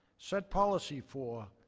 set policy for,